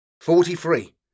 forty-three